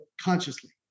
consciously